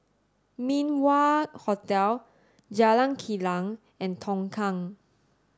Min Wah Hotel Jalan Kilang and Tongkang